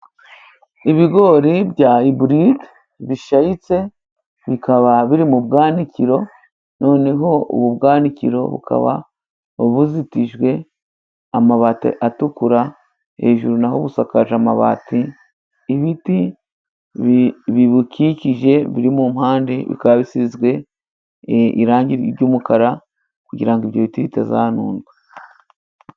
Ibigori bya iburide bishayitse, bikaba biri mu bwanakiro noneho ubu bwanikiro bukaba buzitijwe amabati atukura, hejuru na ho busakaje amabati ,ibiti bibukikije buri mu mpande bikaba bisizwe irangi ry'umukara, kugira ngo ibyo biti bitazanundwa.